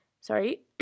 Sorry